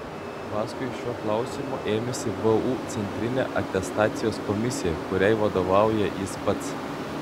paskui šio klausimo ėmėsi vu centrinė atestacijos komisija kuriai vadovauja jis pats